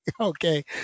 Okay